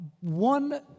One